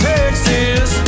Texas